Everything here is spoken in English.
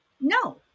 No